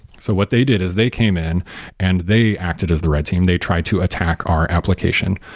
so what they did is they came in and they acted as the red team. they tried to attack our application.